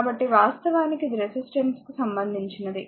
కాబట్టి వాస్తవానికి ఇది రెసిస్టెన్స్ కు సంబంధించినది